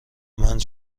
مند